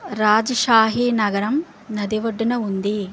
రాజ్షాహి నగరం నది ఒడ్డున ఉంది